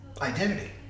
identity